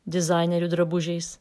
dizainerių drabužiais